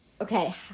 Okay